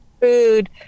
food